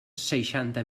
seixanta